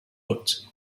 but